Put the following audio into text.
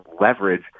leverage